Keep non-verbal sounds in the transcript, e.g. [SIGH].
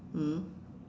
mm [BREATH]